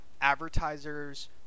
advertisers